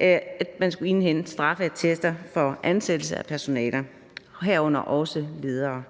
at man skulle indhente straffeattester ved ansættelse af personale, herunder ledere.